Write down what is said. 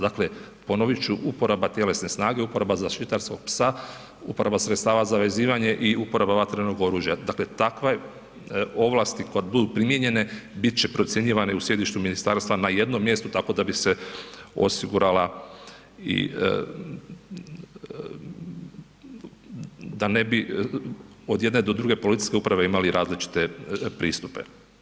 Dakle, ponovit ću, uporaba tjelesne snage, uporaba zaštitarskog psa, uporaba sredstava za vezivanje i uporaba vatrenog oružja, dakle takva ovlasti kad budu primijenjene, bit će procjenjivane u sjedištu ministarstva na jednom mjestu, tako da bi se osigurala i da ne bi, od jedne do druge policijske uprave imali različite pristupe.